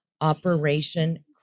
operation